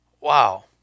Wow